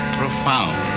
profound